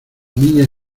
niña